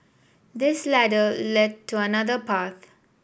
this ladder lead to another path